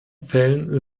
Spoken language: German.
fällen